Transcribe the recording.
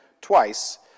twice